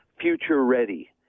future-ready